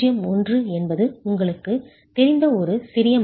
01 என்பது உங்களுக்குத் தெரிந்த ஒரு சிறிய மதிப்பு